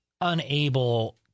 unable